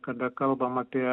kada kalbam apie